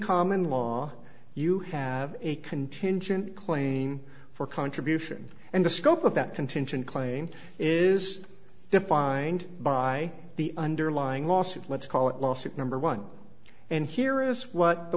common law you have a contingent claim for contribution and the scope of that contingent claim is defined by the underlying lawsuit let's call it lawsuit number one and here is what the